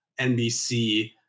NBC